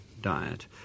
diet